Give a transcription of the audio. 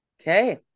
Okay